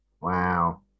wow